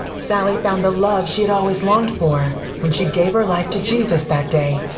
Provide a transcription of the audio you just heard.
sallie found the love she had always longed for when she gave her life to jesus that day.